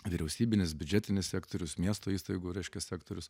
vyriausybinis biudžetinis sektorius miesto įstaigų reiškia sektorius